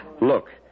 Look